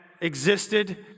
existed